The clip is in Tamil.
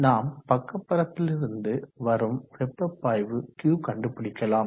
நாம் பக்க பரப்பிலிருந்து வரும் வெப்ப பாய்வு Q கண்டுபிடிக்கலாம்